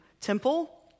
temple